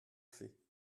fait